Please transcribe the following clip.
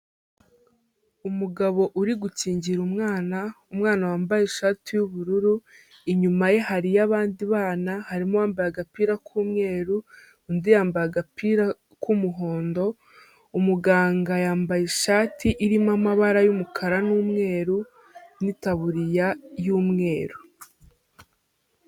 Umugabo uri gukingira umwana